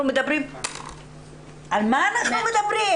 על מה אנחנו מדברים?